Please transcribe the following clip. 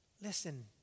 listen